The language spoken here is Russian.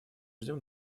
ждем